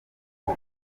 uko